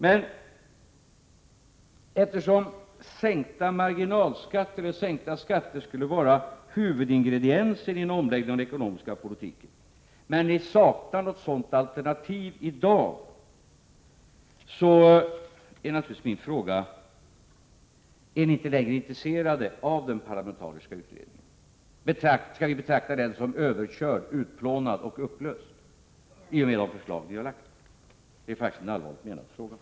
Men eftersom sänkta marginalskatter och sänkta skatter över huvud taget skulle vara huvudingredienser i en omläggning av den ekonomiska politiken och ni saknar något sådant alternativ i dag, så frågar jag naturligtvis: Är ni inte längre intresserade av den parlamentariska utredningen? Skall vi betrakta den som överkörd, utplånad och upplöst i och med att ni lagt fram dessa förslag? Det är faktiskt allvarligt menade frågor.